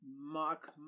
Mark